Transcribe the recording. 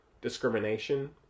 discrimination